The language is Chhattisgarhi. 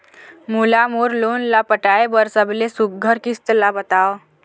मोला मोर लोन ला पटाए बर सबले सुघ्घर किस्त ला बताव?